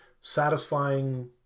satisfying